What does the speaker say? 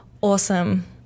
awesome